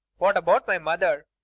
what about my mother?